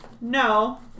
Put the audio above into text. No